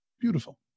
Beautiful